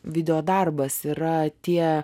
video darbas yra tie